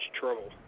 trouble